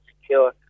secure